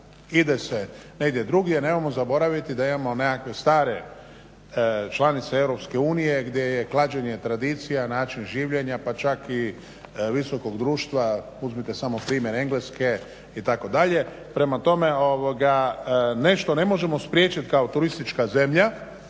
ide se negdje drugdje. Nemojmo zaboraviti da imamo nekakve stare članice Europske unije gdje je klađenje tradicija, način življenja, pa čak i visokog društva. Uzmite samo primjer Engleske itd. Prema tome, nešto ne možemo spriječit, kao turistička zemlja